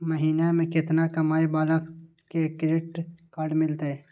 महीना में केतना कमाय वाला के क्रेडिट कार्ड मिलतै?